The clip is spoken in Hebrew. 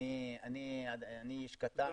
אני איש קטן,